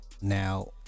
now